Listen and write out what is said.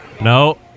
No